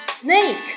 snake